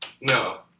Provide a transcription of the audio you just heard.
No